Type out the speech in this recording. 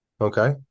okay